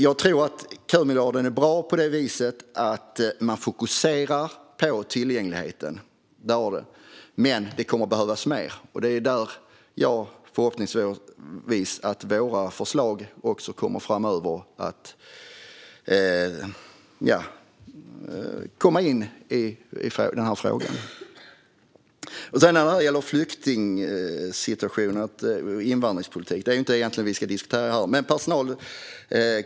Jag tror att kömiljarden är bra då man fokuserar på tillgängligheten, men mer kommer att behövas. Jag hoppas då att våra förslag kommer att beaktas i denna fråga framöver. Vi ska ju inte diskutera flyktingsituationen och invandringspolitiken här.